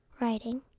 writing